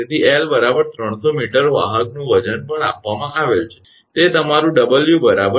તેથી 𝐿 300 𝑚 વાહકનું વજન પણ આપવામાં આવેલ છે તે તમારું 𝑊 2